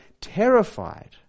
terrified